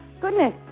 Goodness